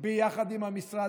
ביחד עם המשרד.